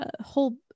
whole